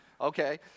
okay